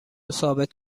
ثابت